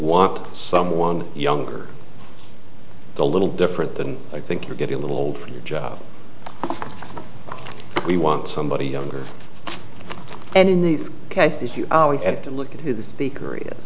want someone younger a little different than i think you're getting a little old for your job we want somebody younger and in these cases you have to look at the korea